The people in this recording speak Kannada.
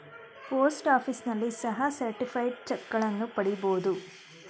ಪೋಸ್ಟ್ ಆಫೀಸ್ನಲ್ಲಿ ಸಹ ಸರ್ಟಿಫೈಡ್ ಚಕ್ಗಳನ್ನ ಪಡಿಬೋದು